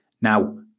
Now